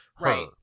right